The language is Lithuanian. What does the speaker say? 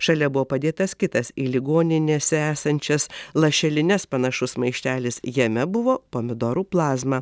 šalia buvo padėtas kitas į ligoninėse esančias lašelines panašus maišelis jame buvo pomidorų plazma